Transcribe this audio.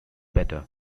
better